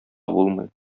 булмый